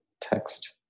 text